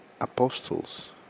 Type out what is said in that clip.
apostles